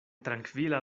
trankvila